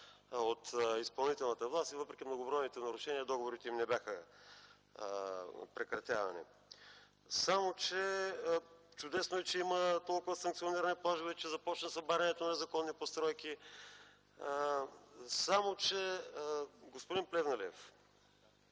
от изпълнителната власт и въпреки многобройните нарушения, договорите им не бяха прекратявани. Чудесно е, че има толкова санкционирани плажове, че започна събарянето на незаконни постройки, само че, господин Плевнелиев,